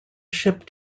ship